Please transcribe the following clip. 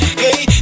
hey